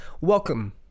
welcome